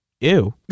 ew